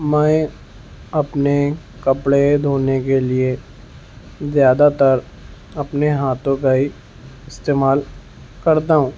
میں اپنے کپڑے دھونے کے لیے زیادہ تر اپنے ہاتھوں کا ہی استعمال کرتا ہوں